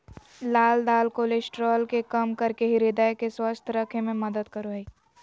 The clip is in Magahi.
लाल दाल कोलेस्ट्रॉल के कम करके हृदय के स्वस्थ रखे में मदद करो हइ